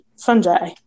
fungi